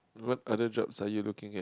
what other jobs are you looking at